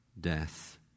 death